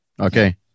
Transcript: Okay